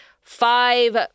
five